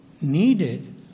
needed